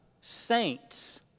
saints